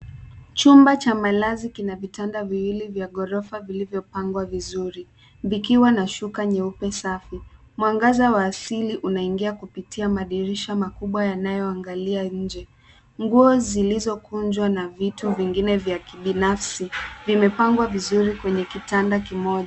Chumba cha malazi kina vitanda viwili vya ghorofa vilivyopangwa vizuri, vikiwa na shuka nyeupe safi. Mwangaza wa asili unaingia kupitia madirisha makubwa yanayoangalia nje. Nguo zilizokunjwa na vitu vingine vya kibinafsi vimepangwa vizuri kwenye kitanda kimoja.